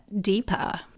deeper